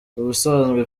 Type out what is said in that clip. ubusanzwe